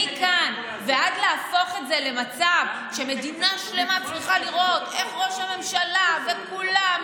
מכאן ועד להפוך את זה למצב שמדינה שלמה צריכה לראות איך ראש הממשלה וכולם